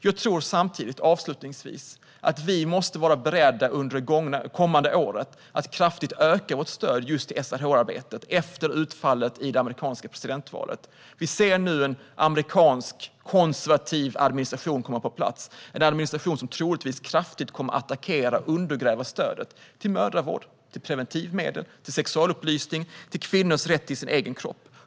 Jag tror samtidigt, avslutningsvis, att vi under det kommande året måste vara beredda att kraftigt öka vårt stöd just till SRHR-arbetet efter utfallet i det amerikanska presidentvalet. Vi ser nu en amerikansk konservativ administration komma på plats, en administration som troligtvis kraftigt kommer att attackera och undergräva stödet till mödravård, till preventivmedel, till sexualupplysning och till kvinnors rätt till sin egen kropp.